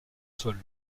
sol